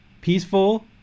peaceful